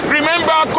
Remember